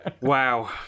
Wow